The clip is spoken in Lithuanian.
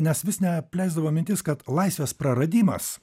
nes vis neapleisdavo mintis kad laisvės praradimas